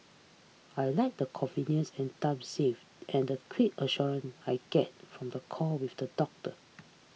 I like the convenience and time save and the quick assurance I get from the call with the doctor